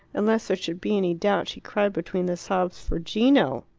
and lest there should be any doubt she cried between the sobs for gino!